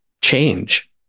change